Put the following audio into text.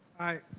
aye.